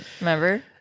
Remember